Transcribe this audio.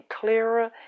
clearer